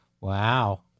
Wow